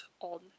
on